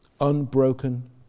Unbroken